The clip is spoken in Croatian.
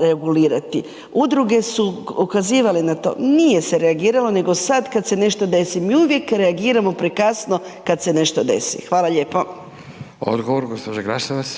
regulirati. Udruge su ukazivale na to, nije se reagiralo. Nego sad kada se nešto desi mi uvijek reagiramo prekasno kada se nešto desi. Hvala lijepo. **Radin, Furio